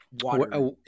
water